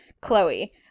Chloe